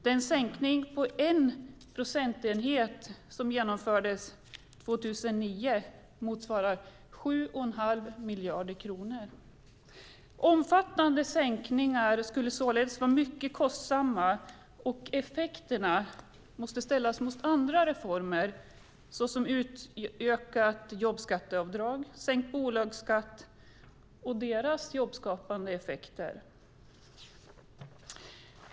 Den sänkning med 1 procentenhet som genomfördes 2009 motsvarar 7,5 miljarder kronor. Omfattande sänkningar skulle således vara mycket kostsamma, och effekterna måste ställas mot andra reformer, såsom utökat jobbskatteavdrag, sänkt bolagsskatt och dess jobbskapande effekter.